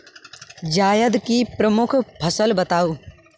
जायद की प्रमुख फसल बताओ